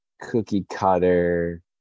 cookie-cutter